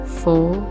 four